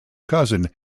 cousin